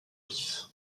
vif